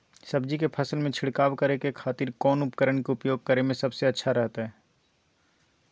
सब्जी के फसल में छिड़काव करे के खातिर कौन उपकरण के उपयोग करें में सबसे अच्छा रहतय?